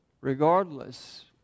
Regardless